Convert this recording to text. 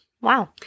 Wow